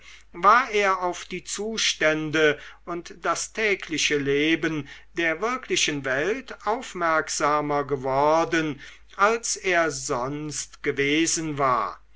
war er auf die zustände und das tägliche leben der wirklichen welt aufmerksamer geworden als er sonst gewesen war